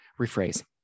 rephrase